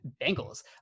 Bengals